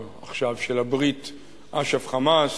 עכשיו של הברית אש"ף-"חמאס",